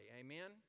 amen